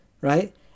right